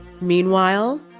Meanwhile